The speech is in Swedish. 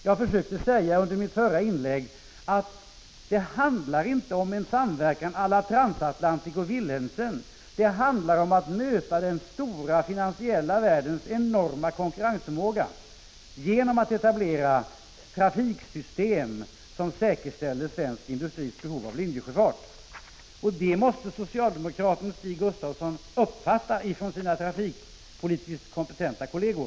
Jag försökte säga i mitt förra inlägg att det inte handlar om en samverkan å la Transatlantic och Wilhelmsen. Det handlar om att möta den stora finansiella världens enorma konkurrensförmåga genom att etablera trafiksystem som säkerställer svensk industris behov av linjesjöfart. Det måste socialdemokraten Stig Gustafsson uppfatta från sina trafikpolitiskt kompetenta kolleger.